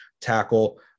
tackle